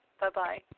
Bye-bye